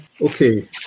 Okay